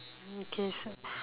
okay so